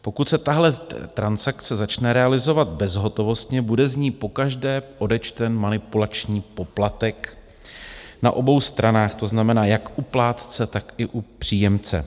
Pokud se tahle transakce začne realizovat bezhotovostně, bude z ní pokaždé odečten manipulační poplatek na obou stranách, to znamená, jak u plátce, tak i u příjemce.